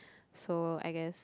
so I guess